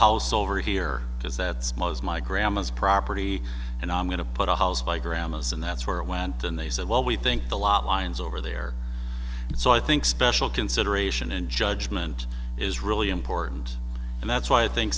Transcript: house over here is that small is my grandma's property and i'm going to put a house by grandma's and that's where i went and they said well we think a lot lions over there so i think special consideration and judgment is really important and that's why i think